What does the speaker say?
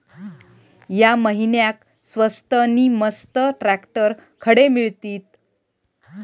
या महिन्याक स्वस्त नी मस्त ट्रॅक्टर खडे मिळतीत?